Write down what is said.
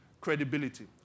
credibility